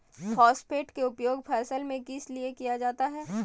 Phosphate की उपयोग फसल में किस लिए किया जाता है?